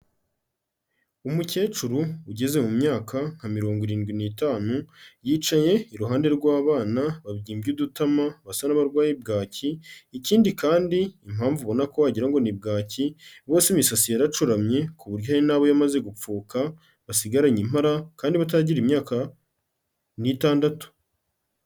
Umukecuru ugeze mu myaka nka mirongo irindwi n'itanu, yicaye iruhande rw'abana babyimbye udutama basa n'abarwayi bwaki, ikindi kandi impamvu ubona ko wagira ngo ni bwaki, bose imisatsi yaracuramye ku buryo hari n'abo yamaze gupfuka, basigaranye impara kandi bataragira imyaka n'itandatu.